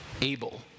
able